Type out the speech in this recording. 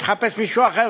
תחפש מישהו אחר,